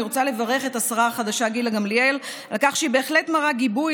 ואני רוצה לברך את השרה החדשה גילה גמליאל על כך שהיא בהחלט מראה גיבוי